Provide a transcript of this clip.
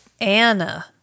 Anna